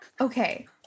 Okay